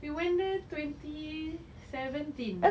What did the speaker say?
we went there twenty seventeen